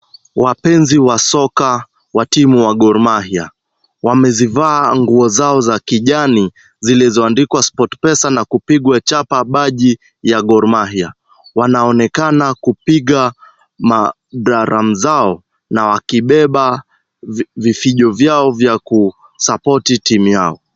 Wapenzi wa soka wa timu wa Gor Mahia. Wamezivaa nguo zao za kijani zilizoandikwa Sport Pesa na kupigwa chapa baji ya Gor Mahia. Wanaonekana kupiga madaramu zao na wakibeba vifijo vyao vya kusapoti timu yao.